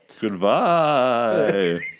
Goodbye